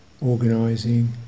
organising